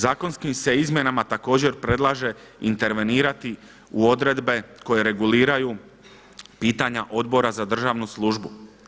Zakonskim se izmjenama također predlaže intervenirati u odredbe koje reguliraju pitanja Odbora za državnu službu.